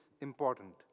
important